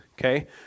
okay